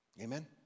Amen